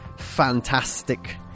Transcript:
Fantastic